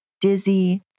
dizzy